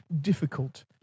difficult